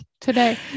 today